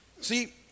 See